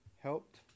helped